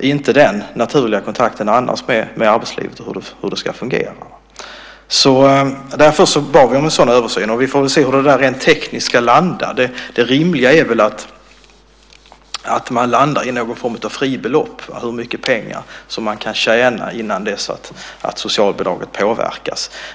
inte har den naturliga kontakten med arbetslivet och hur det fungerar. Därför bad vi om en översyn. Vi får se hur det rent tekniskt kommer att landa. Det rimliga är väl att man landar i någon form av fribelopp, alltså hur mycket pengar man kan tjäna innan socialbidraget påverkas.